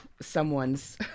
someone's